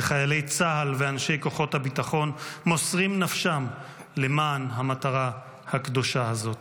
וחיילי צה"ל ואנשי כוחות הביטחון מוסרים נפשם למען המטרה הקדושה הזאת.